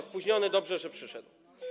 Spóźniony, ale dobrze, że przyszedł.